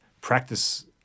practice